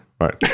right